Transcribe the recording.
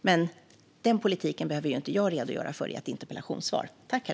Men den politiken behöver jag inte redogöra för i ett interpellationssvar.